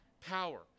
power